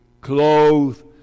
clothe